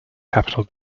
capital